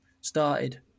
started